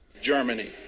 germany